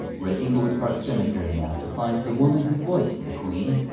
we're at inglewood park cemetery now, to find the woman who voiced the queen,